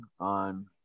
on